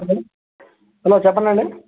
hello hello చెప్పండండి